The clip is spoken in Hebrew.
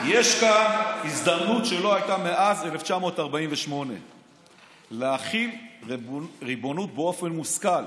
יש כאן הזדמנות שלא הייתה מאז 1948 להחיל ריבונות באופן מושכל,